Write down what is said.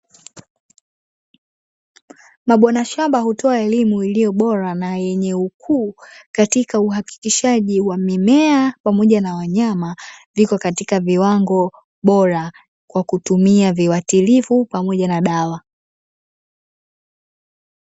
Mabwana shamba hutoa elimu iliyo bora na yenye ukuu katika uhakikishaji wa mimea pamoja na wanyama, viko katika viwango bora kwa kutumia viuatilifu pamoja na dawa.